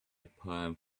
poem